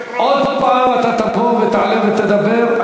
עוד הפעם אתה תבוא ותעלה ותדבר?